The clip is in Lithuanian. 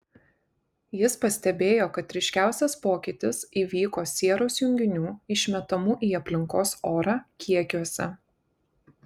jis pastebėjo kad ryškiausias pokytis įvyko sieros junginių išmetamų į aplinkos orą kiekiuose